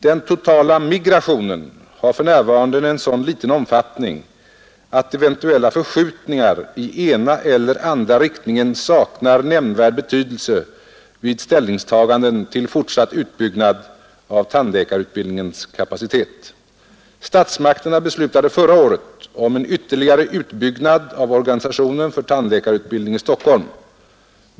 Den totala migrationen har för närvarande en så liten omfattning att eventuella förskjutningar i ena eller andra riktningen saknar nämnvärd betydelse vid ställningstaganden till fortsatt utbyggnad av tandläkarutbildningens kapacitet. Statsmakterna beslutade förra året om en ytterligare utbyggnad av organisationen för tandläkarutbildning i Stockholm.